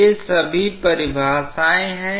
ये सभी परिभाषाएं हैं